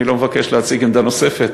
אני לא מבקש להציג עמדה נוספת,